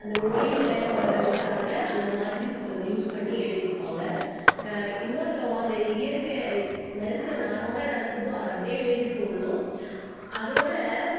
அந்த ஒலி நயம் வர்றதுக்காக அந்த மாதிரி செ யூஸ் பண்ணி எழுதியிருப்பாங்க இன்னொருத்தவங்க அந்த இயற்கை நடக்குற நார்மலாக நடக்குதோ அதை அப்படியே எழுதியிருக்கவங்களும் அதோடய